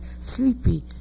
sleepy